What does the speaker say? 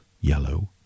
yellow